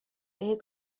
بهت